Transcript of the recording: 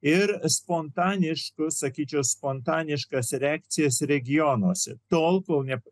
ir spontaniškų sakyčiau spontaniškas reakcijas regionuose tol kol